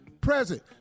present